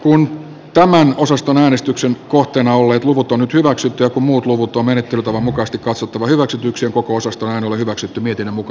pyydän tämän osaston äänestyksen kohteena olleet luvut on hyväksytty ja muut luvut on menettelytavan mukaista katsottava hyväksytyksi koko osasto on hyväksytty miten muka